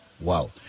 Wow